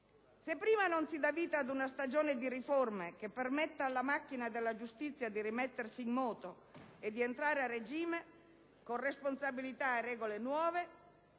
se prima non si dà vita ad una stagione di riforme che permetta alla macchina della giustizia di rimettersi in moto e di entrare a regime con responsabilità e regole nuove,